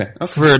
okay